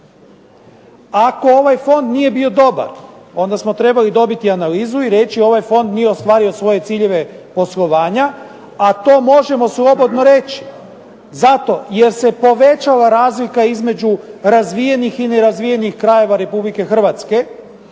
Ako ovaj fond nije bio dobar, onda smo trebali dobiti analizu i reći ovaj fond nije ostvario svoje ciljeve poslovanja, a to možemo slobodno reći, zato jer se povećala razlika između razvijenih i nerazvijenih krajeva Republike Hrvatske,